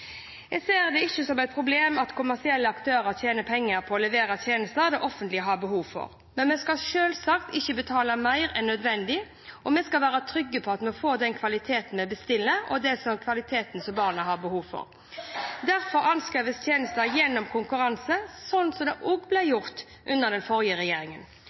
Jeg ser det ikke som et problem at kommersielle aktører tjener penger på å levere tjenester det offentlige har behov for. Men vi skal selvsagt ikke betale mer enn nødvendig, og vi skal være trygge på at vi får den kvaliteten vi bestiller, og den kvaliteten barna har behov for. Derfor anskaffes tjenestene gjennom konkurranse, slik det også ble gjort under den forrige regjeringen.